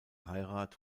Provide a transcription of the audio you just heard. heirat